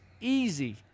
easy